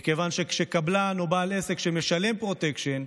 מכיוון שכשקבלן או בעל עסק משלם פרוטקשן,